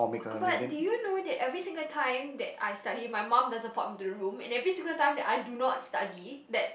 but do you know that every single time that I study my mum doesn't pop into the room and every single time that I do not study that